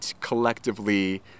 collectively